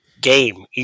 Game